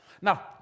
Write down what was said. Now